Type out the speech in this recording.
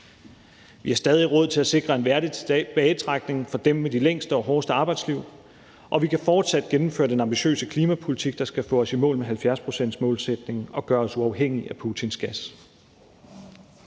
Vi har stadig råd til at sikre en værdig tilbagetrækning for dem med de længste og hårdeste arbejdsliv, og vi kan fortsat gennemføre den ambitiøse klimapolitik, der skal få os i mål med 70-procentsmålsætningen og gøre os uafhængige af Putins gas.